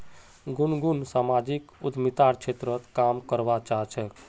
गुनगुन सामाजिक उद्यमितार क्षेत्रत काम करवा चाह छेक